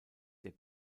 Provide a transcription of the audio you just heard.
der